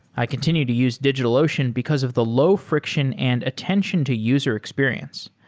i continue to use digitalocean, because of the low friction and attention to user experience.